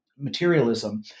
materialism